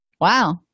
Wow